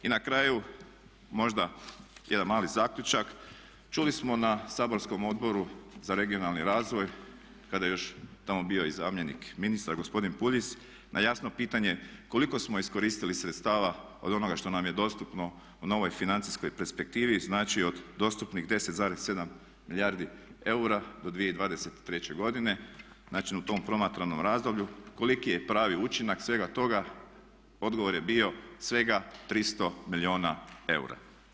I na kraju možda jedan mali zaključak, čuli smo na saborskom Odboru za regionalni razvoj kada je još tamo bio i zamjenik ministra gospodin Puljiz na jasno pitanje koliko smo iskoristili sredstava od onoga što nam je dostupno u novoj financijskoj perspektivi znači od dostupnih 10,7 milijardi eura do 2023. godine, znači u tom promatranom razdoblju koliki je pravi učinak svega toga, odgovor je bio svega 300 milijuna eura.